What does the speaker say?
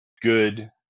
good